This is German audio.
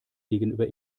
gegenüber